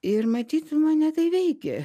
ir matyt mane tai veikė